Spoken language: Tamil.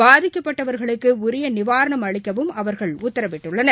பாதிக்கப்பட்டவர்களுக்குஉரியநிவாரணம் அளிக்கவும் அவர்கள் உத்தரவிட்டுள்ளனர்